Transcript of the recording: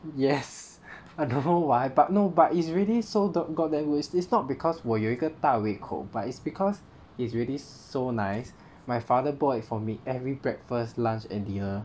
yes and I don't know why but no but it's really so the got there is this not because 我有一个大胃口 but it's because it's really so nice my father bought it for me every breakfast lunch and dinner